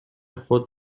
خود